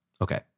Okay